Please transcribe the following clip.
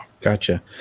Gotcha